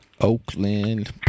Oakland